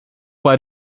bei